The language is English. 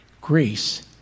Grace